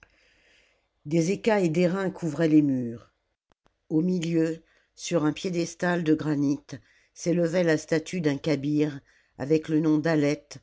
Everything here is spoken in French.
des écailles d'airain couvraient les murs au milieu sur un piédestal de granit s'élevait la statue d'un kabyre avec le nom d'aiètes